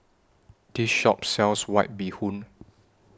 This Shop sells White Bee Hoon